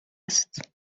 است